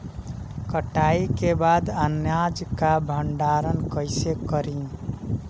कटाई के बाद अनाज का भंडारण कईसे करीं?